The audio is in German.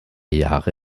jahre